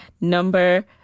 number